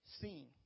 seen